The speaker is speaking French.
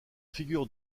figure